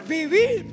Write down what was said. vivir